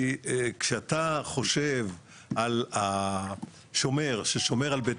כי כשאתה חושב על השומר ששומר על בית